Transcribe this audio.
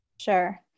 Sure